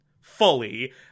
fully